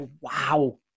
Wow